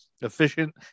efficient